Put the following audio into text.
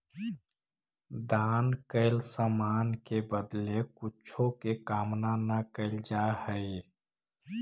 दान कैल समान के बदले कुछो के कामना न कैल जा हई